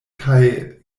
kaj